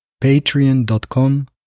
patreon.com